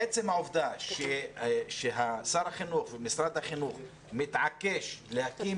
העובדה היא ששר החינוך ומשרד החינוך מתעקשים להקים